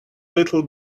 little